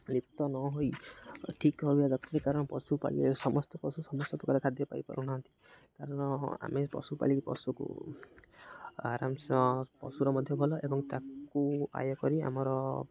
ଲିପ୍ତ ନ ହୋଇ ଠିକ୍ ହେବା ଦରକାର କାରଣ ପଶୁ ପାଳିବା ସମସ୍ତ ପଶୁ ସମସ୍ତ ପ୍ରକାର ଖାଦ୍ୟ ପାଇପାରୁନାହାନ୍ତି କାରଣ ଆମେ ପଶୁପାଳିକି ପଶୁକୁ ଆରାମସେ ହଁ ପଶୁର ମଧ୍ୟ ଭଲ ଏବଂ ତାକୁ ଆୟ କରି ଆମର